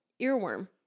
earworm